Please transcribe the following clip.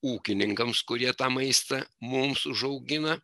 ūkininkams kurie tą maistą mums užaugina